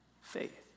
faith